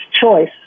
choice